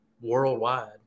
worldwide